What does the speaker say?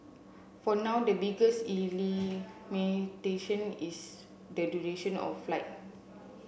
for now the biggest limitation is the duration of flight